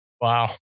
Wow